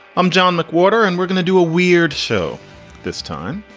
i'm john mcwhorter and we're gonna do a weird show this time.